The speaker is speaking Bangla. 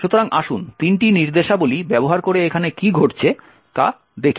সুতরাং আসুন 3টি নির্দেশাবলী ব্যবহার করে এখানে কী ঘটছে তা দেখি